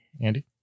Andy